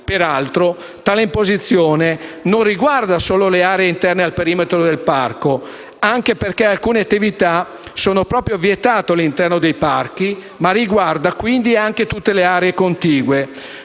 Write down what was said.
Peraltro, tale imposizione non riguarda solo le aree interne al perimetro del parco - anche perché alcune attività sono proprio vietate all’interno dei parchi - ma riguarda anche tutte le aree contigue.